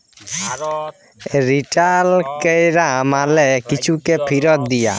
return ক্যরা মালে কিছুকে ফিরত দিয়া